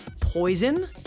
poison